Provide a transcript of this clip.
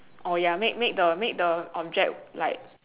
oh ya make make the make the object like